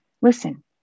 Listen